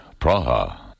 Praha